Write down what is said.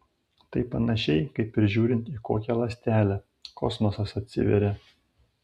tai panašiai kaip ir žiūrint į kokią ląstelę kosmosas atsiveria